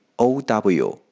ow